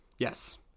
Yes